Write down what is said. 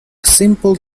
simple